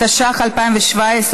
התשע"ח 2017,